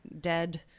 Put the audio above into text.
dead